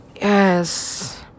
yes